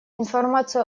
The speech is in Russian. информацию